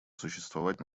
существовать